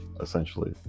essentially